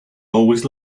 always